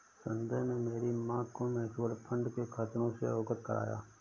संजय ने मेरी मां को म्यूचुअल फंड के खतरों से अवगत कराया